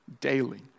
daily